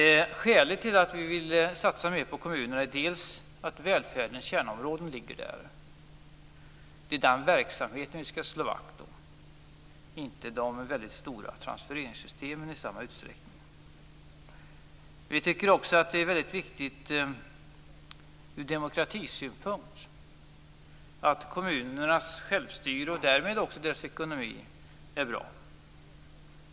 Ett skäl till att vill satsa mer på kommunerna är att välfärdens kärnområden ligger där. Det är den verksamheten vi skall slå vakt om - inte i samma utsträckning de väldigt stora transfereringssystemen.